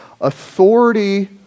authority